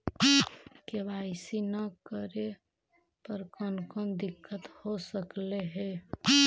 KYC न करे पर कौन कौन दिक्कत हो सकले हे?